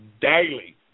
daily